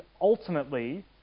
ultimately